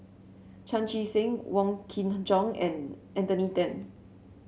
Chan Chee Seng Wong Kin Jong and Anthony Then